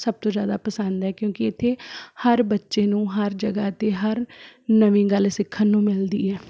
ਸਭ ਤੋਂ ਜ਼ਿਆਦਾ ਪਸੰਦ ਹੈ ਕਿਉਂਕਿ ਇੱਥੇ ਹਰ ਬੱਚੇ ਨੂੰ ਹਰ ਜਗ੍ਹਾ 'ਤੇ ਹਰ ਨਵੀਂ ਗੱਲ ਸਿੱਖਣ ਨੂੰ ਮਿਲਦੀ ਹੈ